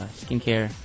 skincare